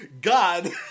God